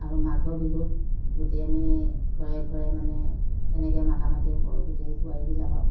আৰু মাঘৰ বিহুত গোটেই আমি ঘৰে ঘৰে মানে তেনেকৈ মাতা মাতি কৰোঁ গোটেই বোৱাৰীবিলাকক